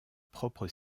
propre